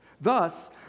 Thus